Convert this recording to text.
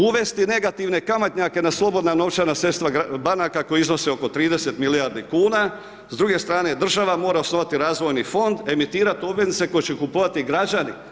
Uvesti negativne kamatnjake na slobodna novčana sredstva banaka koja iznose oko 30 milijardi kuna s druge strane država mora osnovati razvojni fond, emitirat obveznice koje će kupovati građani.